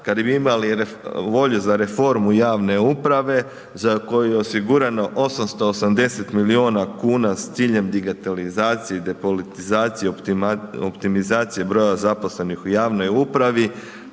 kad bi imali volju za reformu javne uprave za koju je osigurano 880 milijuna kuna s ciljem digitalizacije i depolitizacije, optimizacije broja zaposlenih u javnoj upravi,